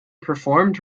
performed